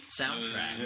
soundtrack